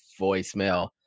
voicemail